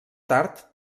tard